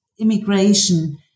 immigration